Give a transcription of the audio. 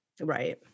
Right